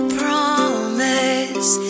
promise